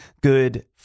good